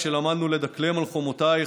כשלמדנו לדקלם "על חומותייך,